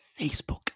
Facebook